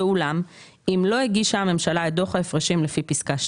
ואולם אם לא הגישה הממשלה את דוח ההפרשים לפי פסקה (2)